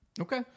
Okay